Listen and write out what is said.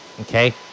Okay